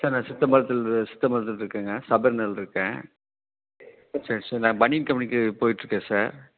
sir நான் சித்த மருத்துவத்தில் சித்த மருத்துவத்தில் இருக்கேங்க சபர்னல் இருக்கேன் சரி சார் நான் பனியன் கம்பெனிக்கு போயிட்டு இருக்கேன் சார்